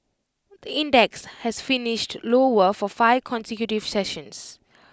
the index has finished lower for five consecutive sessions